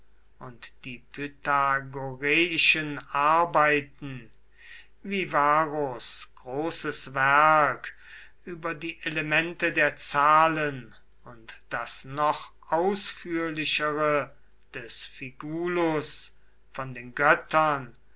und die pythagoreischen arbeiten wie varros großes werk über die elemente der zahlen und das noch ausführlichere des figulus von den göttern